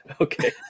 Okay